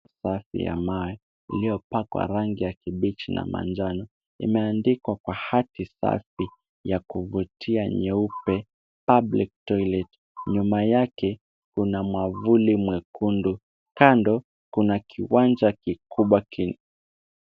Safu ya mawe iliyopakwa rangi ya kibichi na manjano, imeandikwa kwa hati safi ya kuvutia nyeupe Public Toilet . Nyuma yake kuna mwavuli mwekundu. Kando kuna kiwanja kikubwa.